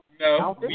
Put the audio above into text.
No